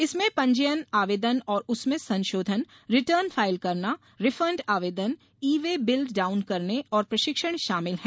इसमें पंजीयन आवेदन और उसमें संशोधन रिटर्न फाइल करना रिफंड आवेदन ई वे बिल डाउन करने पर प्रशिक्षण शामिल है